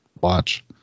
watch